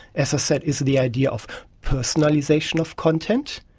as i said, is the idea of personalisation of content,